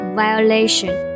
violation